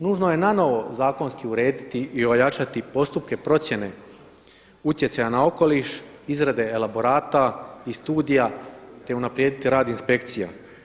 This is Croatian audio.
Nužno je nanovo zakonski urediti i ojačati postupke procjene utjecaja na okoliš, izrade elaborata i studija, te unaprijediti rad inspekcija.